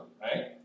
right